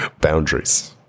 Boundaries